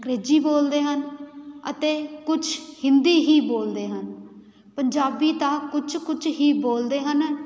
ਅੰਗਰੇਜ਼ੀ ਬੋਲਦੇ ਹਨ ਅਤੇ ਕੁਛ ਹਿੰਦੀ ਹੀ ਬੋਲਦੇ ਹਨ ਪੰਜਾਬੀ ਤਾਂ ਕੁਛ ਕੁਛ ਹੀ ਬੋਲਦੇ ਹਨ